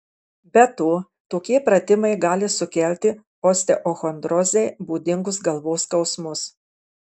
be to tokie pratimai gali sukelti osteochondrozei būdingus galvos skausmus